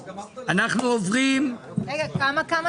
אנחנו עוברים לפרק עליו דנו אתמול,